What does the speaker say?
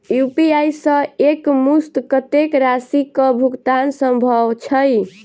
UPI सऽ एक मुस्त कत्तेक राशि कऽ भुगतान सम्भव छई?